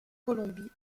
colombie